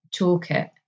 toolkit